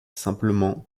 simplement